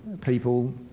people